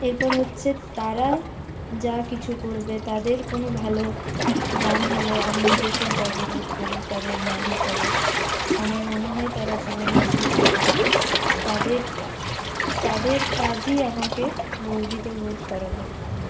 এরপর হচ্ছে তারা যা কিছু করবে তাদের কোনো ভালো নাম হলে আমি নিজে খুব গর্ববোধ করি তাদের মা হিসাবে আমার মনে হয় তারা জীবনে এগিয়ে যাক তাদের তাদের কাজই আমাকে গর্বিত বোধ করাবে